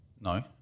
No